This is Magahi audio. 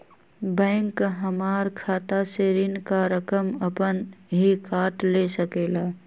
बैंक हमार खाता से ऋण का रकम अपन हीं काट ले सकेला?